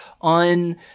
on